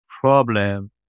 problem